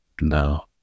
No